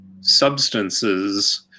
substances